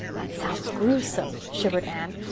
that sounds gruesome, shivered anne.